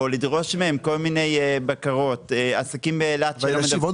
לדרוש מהם כל מיני בקרות --- רוצים עוד